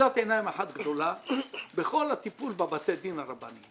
אחיזת עיניים אחת גדולה בכל הטיפול בבתי הדין הרבניים.